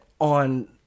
on